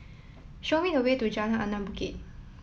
show me the way to Jalan Anak Bukit